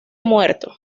muerto